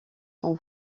sont